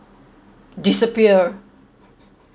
disappear